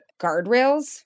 guardrails